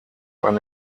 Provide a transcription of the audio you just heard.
ein